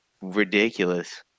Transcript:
ridiculous